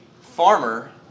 farmer